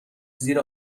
زیر